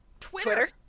Twitter